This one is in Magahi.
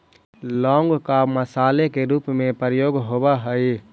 लौंग का मसाले के रूप में प्रयोग होवअ हई